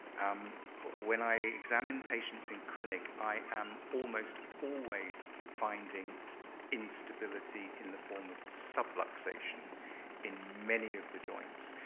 um when i examine patients in clinic, i am almost always finding instability in the form of subluxation in many of the joints.